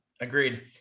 Agreed